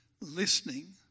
listening